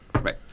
Right